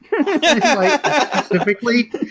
specifically